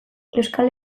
euskal